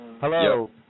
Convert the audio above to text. Hello